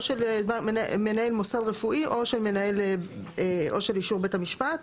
או של מנהל מוסד רפואי או של בית המשפט.